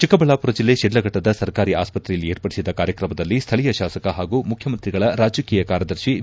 ಚಿಕ್ಕಬಳ್ಳಾಮರ ಜಿಲ್ಲೆ ಶಿಡ್ಲಘಟ್ಟದ ಸರ್ಕಾರಿ ಆಸ್ತತ್ರೆಯಲ್ಲಿ ಏರ್ಪಡಿಸಿದ್ದ ಕಾರ್ಯಕ್ರಮದಲ್ಲಿ ಸ್ಥಳೀಯ ಶಾಸಕ ಪಾಗೂ ಮುಖ್ಯಮಂತ್ರಿಗಳ ರಾಜಕೀಯ ಕಾರ್ಯದರ್ಶಿ ವಿ